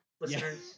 Listeners